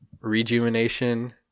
rejuvenation